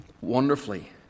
wonderfully